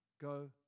Go